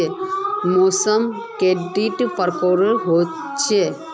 मौसम कैडा प्रकारेर होचे?